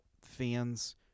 fans